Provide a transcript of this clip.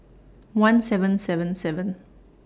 one seven seven seven